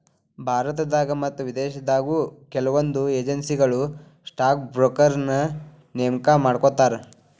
ಭಾರತದಾಗ ಮತ್ತ ವಿದೇಶದಾಗು ಕೆಲವೊಂದ್ ಏಜೆನ್ಸಿಗಳು ಸ್ಟಾಕ್ ಬ್ರೋಕರ್ನ ನೇಮಕಾ ಮಾಡ್ಕೋತಾರ